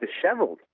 disheveled